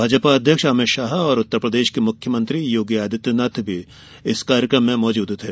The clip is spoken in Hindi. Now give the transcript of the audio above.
भाजपा अध्यक्ष अमित शाह और उत्तरप्रदेश के मुख्यमंत्री योगी आदित्यनाथ भी इस कार्यक्रम में मौजूद थे